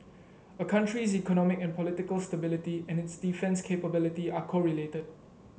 a country's economic and political stability and its defence capability are correlated